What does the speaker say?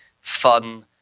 fun